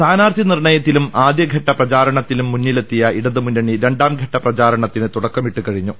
സ്ഥാനാർത്ഥി നിർണയത്തിലും ആദ്യഘട്ട പ്രചാരണത്തിലും മുന്നി ലെത്തിയ ഇടത് മുന്നണി രണ്ടാംഘട്ട പ്രചാരണത്തിന് തുടക്കമിട്ടു കഴി ഞ്ഞു